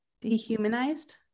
Dehumanized